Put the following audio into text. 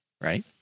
right